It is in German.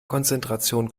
konzentration